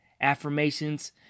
affirmations